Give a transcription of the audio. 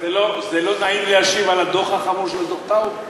זה לא נעים להשיב על הנתונים החמורים של דוח טאוב?